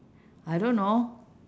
I don't know